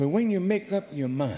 but when you make up your mind